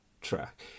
track